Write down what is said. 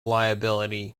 liability